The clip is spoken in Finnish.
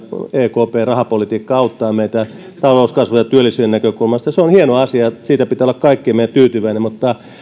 ekpn rahapolitiikka auttavat meitä talouskasvun ja työllisyyden näkökulmasta se on hieno asia ja siitä pitää olla kaikkien meidän tyytyväisiä mutta